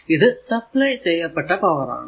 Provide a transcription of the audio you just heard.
ഇത് സപ്ലൈ ചെയ്യപ്പെട്ട പവർ ആണ്